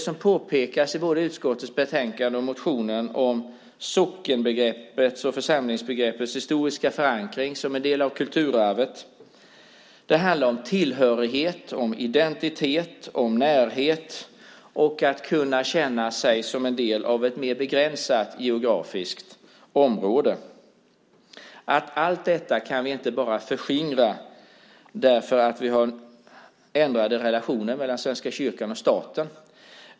I både utskottets betänkande och motionen om sockenbegreppets och församlingsbegreppets historiska förankring påpekas att det är en del av kulturarvet. Det handlar om tillhörighet, identitet, närhet och om att kunna känna sig som en del av ett mer begränsat geografiskt område. Vi kan inte förskingra allt detta bara för att vi har förändrade relationer mellan svenska kyrkan och staten.